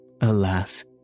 Alas